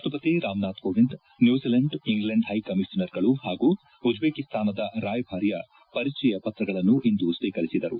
ರಾಷ್ಷಪತಿ Ramnath Kovind new Zealand England ಕೈಕಮಿಷನರ್ಗಳು ಹಾಗೂ ಉಜ್ಲೇಕಿಸ್ತಾನದ ರಾಯಭಾರಿಯ ಪರಿಚಯ ಪತ್ರಗಳನ್ನು ಇಂದು ಸ್ವೀಕರಿಸಿದರು